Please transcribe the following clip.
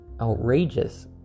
outrageous